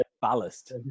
Ballast